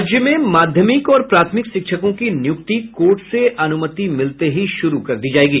राज्य में माध्यमिक और प्राथमिक शिक्षकों की नियुक्ति कोर्ट से अनुमति मिलते ही शुरू कर दी जायेगी